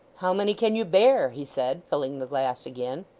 how many can you bear he said, filling the glass again.